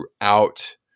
throughout